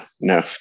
no